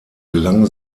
gelangen